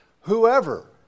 whoever